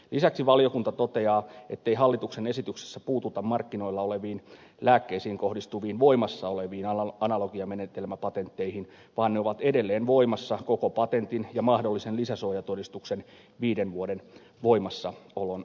lisäksi valiokunta toteaa ettei hallituksen esityksessä puututa markkinoilla oleviin lääkkeisiin kohdistuviin voimassa oleviin analogiamenetelmäpatentteihin vaan ne ovat edelleen voimassa koko patentin ja mahdollisen lisäsuojatodistuksen viiden vuoden voimassaoloajan